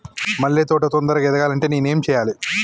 మల్లె తోట తొందరగా ఎదగాలి అంటే నేను ఏం చేయాలి?